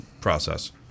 process